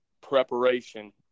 preparation